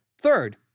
Third